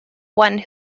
one